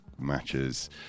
matches